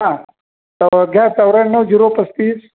हा घ्या चौऱ्याण्णव झिरो पस्तीस